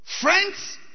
Friends